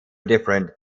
different